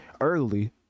early